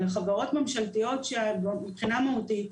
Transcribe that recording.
אלו חברות ממשלתיות שהן זהות מבחינה מהותית,